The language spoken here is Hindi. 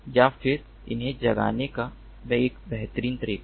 या फिर उन्हें जगाने का एक बेहतर तरीका है